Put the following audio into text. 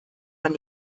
man